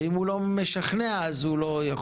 ואם הוא לא משכנע אז הוא לא יכול.